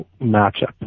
matchup